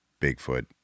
Bigfoot